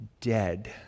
dead